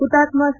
ಹುತಾತ್ಮ ಸಿ